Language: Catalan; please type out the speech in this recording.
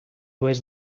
oest